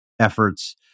efforts